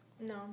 No